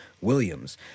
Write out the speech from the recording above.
Williams